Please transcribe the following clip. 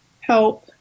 help